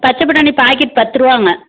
பச்சைப்பட்டாணி packet பத்துரூவாங்க